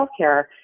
healthcare